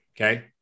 okay